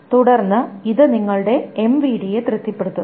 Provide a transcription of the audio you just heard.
തുടർന്ന് ഇത് നിങ്ങളുടെ എംവിഡിയെ തൃപ്തിപ്പെടുത്തുന്നു